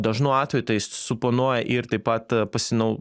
dažnu atveju tai suponuoja ir taip pat pasinau